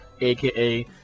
aka